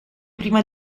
prima